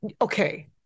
okay